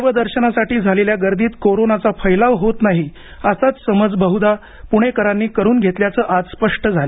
देवदर्शनासाठी झालेल्या गर्दीत कोरोनाचा फैलाव होत नाही असाच समज बहुदा पुणेकरांनी करून घेतल्याचं आज स्पष्ट झालं